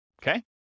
okay